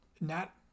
Nat